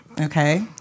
Okay